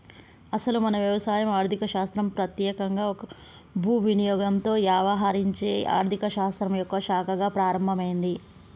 అసలు మన వ్యవసాయం ఆర్థిక శాస్త్రం పెత్యేకంగా భూ వినియోగంతో యవహరించే ఆర్థిక శాస్త్రం యొక్క శాఖగా ప్రారంభమైంది